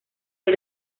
del